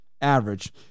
Average